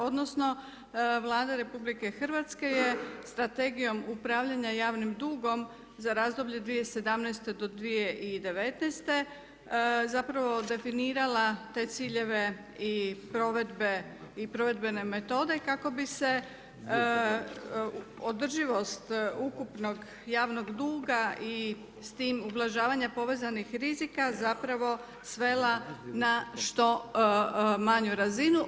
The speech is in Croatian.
Odnosno Vlada RH, je strategijom upravljanja javnim dugom za razdoblje 2017.-2019. zapravo definirala te ciljeve i provedbene metode, kako bi se održivost ukupnog javnog duga i s tim ublažavanja povezanih rizika, zapravo svela na što manju razinu.